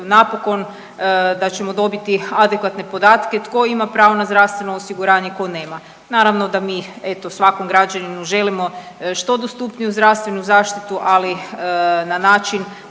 napokon, da ćemo dobiti adekvatne podatke tko ima na zdravstveno osiguranje, tko nema. Naravno da mi, eto, svakom građaninu želimo što dostupniju zdravstvenu zaštitu, ali na način